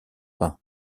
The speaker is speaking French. peints